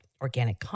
organic